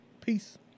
Peace